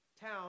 town